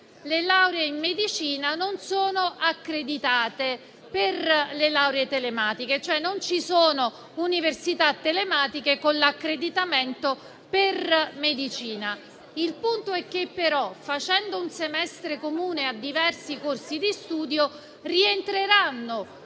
le lauree in medicina non sono accreditate per le lauree telematiche. Non ci sono università telematiche con l'accreditamento per medicina. Il punto, però, è che, facendo un semestre comune a diversi corsi di studio, rientreranno